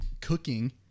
cooking